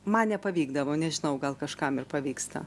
man nepavykdavo nežinau gal kažkam ir pavyksta